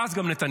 ואז גם נתניהו.